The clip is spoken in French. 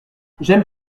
j’aime